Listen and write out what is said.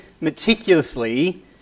meticulously